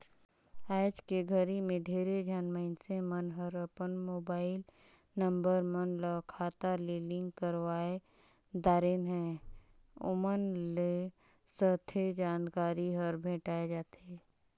आइज के घरी मे ढेरे झन मइनसे मन हर अपन मुबाईल नंबर मन ल खाता ले लिंक करवाये दारेन है, ओमन ल सथे जानकारी हर भेंटाये जाथें